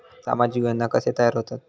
सामाजिक योजना कसे तयार होतत?